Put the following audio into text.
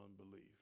unbelief